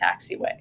taxiway